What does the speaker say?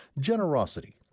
generosity